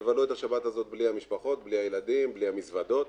השבת בלי המשפחות, בלי הילדים, בלי המזוודות.